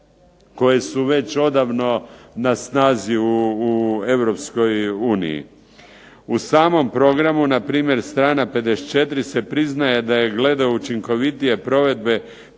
koje su već odavno na snazi u Europskoj uniji. U samom programu na primjer strana 54. se priznaje da je glede učinkovitije provedbe